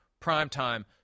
primetime